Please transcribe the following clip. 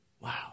Wow